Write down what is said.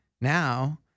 now